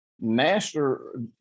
master